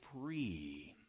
free